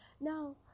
Now